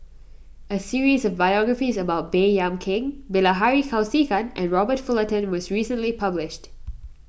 a series of biographies about Baey Yam Keng Bilahari Kausikan and Robert Fullerton was recently published